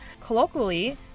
Colloquially